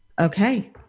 okay